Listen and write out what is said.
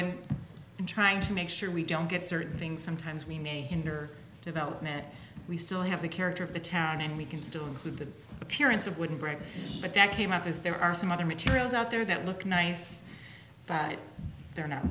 i'm trying to make sure we don't get certain things sometimes we may hinder development we still have the character of the town and we can still include the appearance of wooden bridge but that came up is there are some other materials out there that look nice but they're not